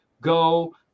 Go